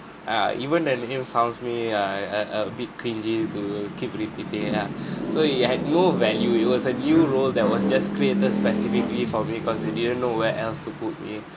uh even then the news founds I uh uh a bit cringy to keep repeating ya it had no value it was a new role that was just created specifically for me cause they didn't know where else to put me